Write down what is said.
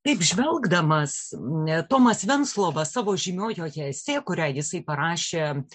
taip žvelgdamas tomas venclova savo žymiojoje esė kurią jisai parašė